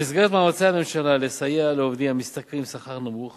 במסגרת מאמצי הממשלה לסייע לעובדים המשתכרים שכר נמוך